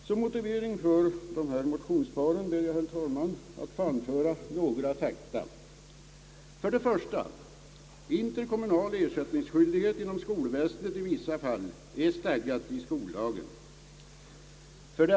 Som motivering för motionerna ber jag, herr talman, att få anföra några fakta.